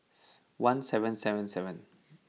one seven seven seven